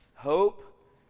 Hope